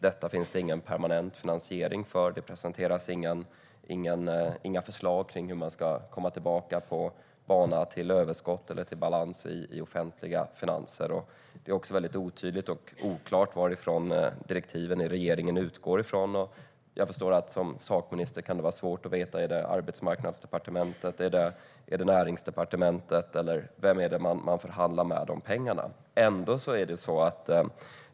Detta finns det ingen permanent finansiering för. Det presenterades inga förslag om hur man ska komma tillbaka på banan till överskott eller balans i offentliga finanser. Det är också väldigt oklart var direktiven i regeringen utgår från. Jag förstår att det som fackminister kan vara svårt att veta om det är med Arbetsmarknadsdepartementet, Näringsdepartementet eller med vem man ska förhandla om pengarna.